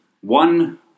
one